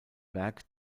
werk